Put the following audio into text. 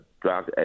drug